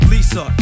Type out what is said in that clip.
Lisa